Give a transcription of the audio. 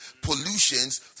pollutions